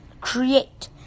create